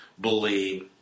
believe